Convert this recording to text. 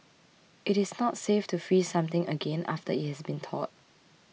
it is not safe to freeze something again after it has thawed